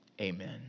Amen